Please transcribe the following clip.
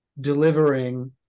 delivering